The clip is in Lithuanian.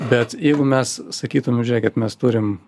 bet jeigu mes sakytum žiūrėkit mes turim